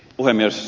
puhemies